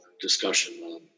discussion